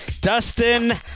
Dustin